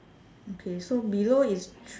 okay so below is